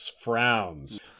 frowns